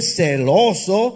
celoso